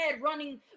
running